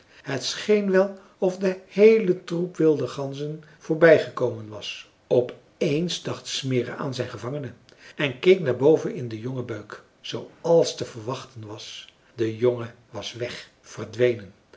het scheen wel of de heele troep wilde ganzen voorbij gekomen was op eens dacht smirre aan zijn gevangene en keek naar boven in den jongen beuk zooals te verwachten was de jongen was weg verdwenen